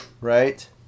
right